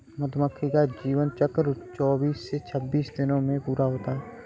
मधुमक्खी का जीवन चक्र चौबीस से छब्बीस दिनों में पूरा होता है